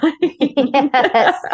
Yes